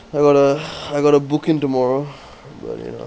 I got to I got to book in tomorrow well you know